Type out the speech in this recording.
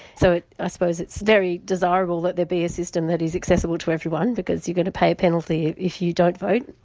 so i suppose it's very desirable that there be a system that is accessible to everyone because you've got to pay a penalty if you don't vote.